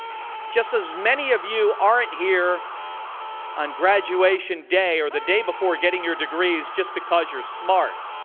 just as many of you aren't here on graduation day or the day before getting your degrees just because you're smart.